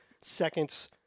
seconds